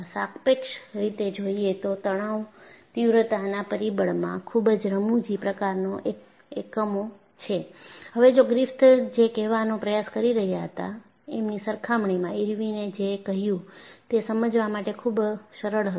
સાપેક્ષ રીતે જોઈએ તો તણાવ તીવ્રતાના પરિબળમાં ખૂબ જ રમુજી પ્રકારના એકમો છે હવે જો ગ્રિફિથ જે કહેવાનો પ્રયાસ કરી રહ્યા હતા એમની સરખામણીમાં ઇરવિને એ જે કહ્યું છે તે સમજવા માટે ખુબ સરળ હતું